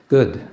Good